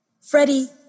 Freddie